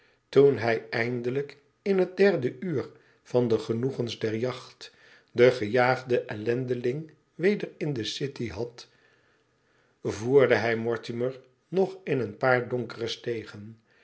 toen hij eindelijk in het derde uur van de genoegens der jacht den gejaagden ellendeling weder in decityhad voerde hij mortimer nog in een paar donkere steden